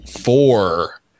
four